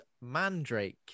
Mandrake